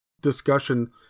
discussion